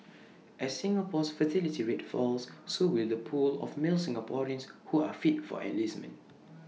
as Singapore's fertility rate falls so will the pool of male Singaporeans who are fit for enlistment